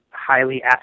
Highly